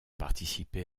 participé